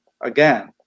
again